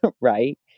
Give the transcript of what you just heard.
Right